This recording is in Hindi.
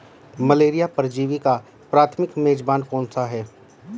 मलेरिया परजीवी का प्राथमिक मेजबान कौन है?